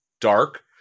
dark